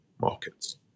markets